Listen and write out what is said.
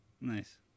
Nice